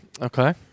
okay